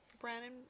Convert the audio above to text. Brandon